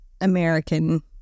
American